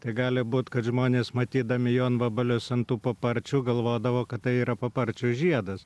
tai gali būt kad žmonės matydami jonvabalius ant paparčių galvodavo kad tai yra paparčio žiedas